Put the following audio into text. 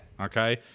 Okay